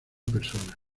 persona